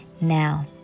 now